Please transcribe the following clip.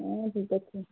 ହଁ ଠିକ୍ ଅଛି